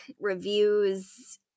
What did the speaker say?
reviews